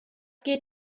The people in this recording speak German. geht